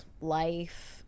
life